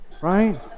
Right